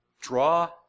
draw